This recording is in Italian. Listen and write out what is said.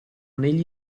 negli